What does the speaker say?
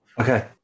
Okay